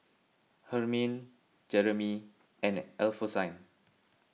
Hermine Jeramy and Alphonsine